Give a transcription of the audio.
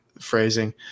Phrasing